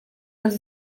les